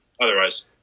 otherwise